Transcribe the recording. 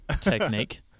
technique